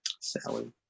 Sally